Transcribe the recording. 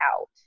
out